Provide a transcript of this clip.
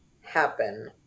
happen